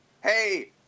hey